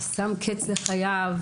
שם קץ לחייו.